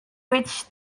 which